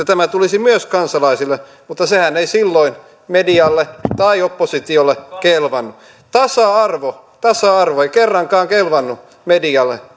tämä tulisi myös kansalaisille mutta sehän ei silloin medialle tai oppositiolle kelvannut tasa arvo tasa arvo ei kerrankaan kelvannut medialle